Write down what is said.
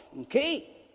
Okay